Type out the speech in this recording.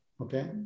Okay